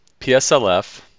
PSLF